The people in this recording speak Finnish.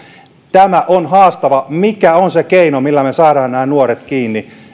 tämä on haastavaa mikä on se keino millä me saamme nämä nuoret kiinni